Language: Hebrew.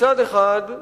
מצד אחד,